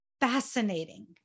fascinating